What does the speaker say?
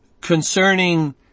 concerning